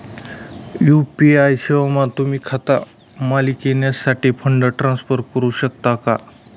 UPI सेवामा तुम्ही खाता मालिकनासाठे फंड ट्रान्सफर करू शकतस का